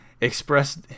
expressed